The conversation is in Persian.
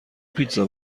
پیتزا